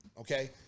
okay